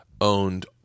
owned